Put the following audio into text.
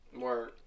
Word